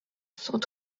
sont